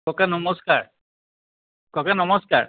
ককা নমস্কাৰ ককা নমস্কাৰ